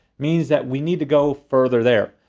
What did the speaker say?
means that we need to go further there.